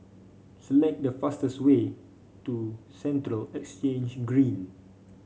select the fastest way to Central Exchange Green